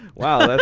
wow,